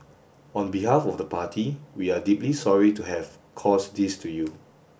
on behalf of the party we are deeply sorry to have caused this to you